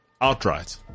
outright